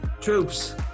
Troops